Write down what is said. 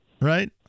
right